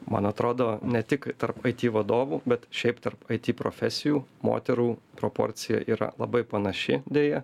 man atrodo ne tik tarp aiti vadovų bet šiaip tarp aiti profesijų moterų proporcija yra labai panaši deja